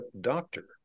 doctor